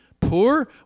poor